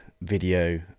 video